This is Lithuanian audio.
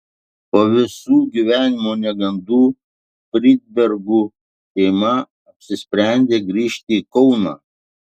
po visų gyvenimo negandų fridbergų šeima apsisprendė grįžti į kauną